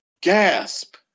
gasp